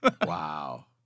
wow